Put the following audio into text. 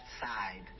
side